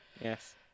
Yes